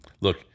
look